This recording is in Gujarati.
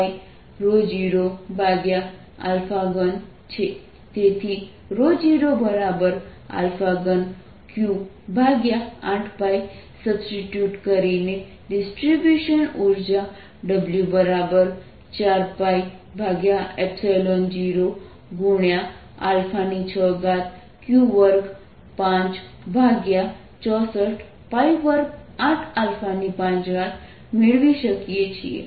તેથી 03Q8π સબસ્ટિટ્યુટ કરીને ડિસ્ટ્રિબ્યુશન ઉર્જા W4π06Q2642585 મેળવી શકીએ છીએ